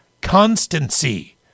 constancy